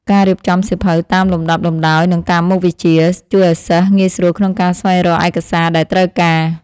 ការរៀបចំសៀវភៅតាមលំដាប់លំដោយនិងតាមមុខវិជ្ជា ជួយឱ្យសិស្សងាយស្រួលក្នុងការស្វែងរកឯកសារដែលត្រូវការ។